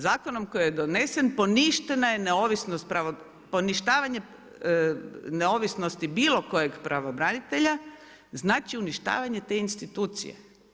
Zakonom koji je donese poništena je neovisnost, poništavanje, neovisnosti bilo kojeg pravobranitelja, znači uništavanje te institucije.